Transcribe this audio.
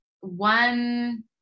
one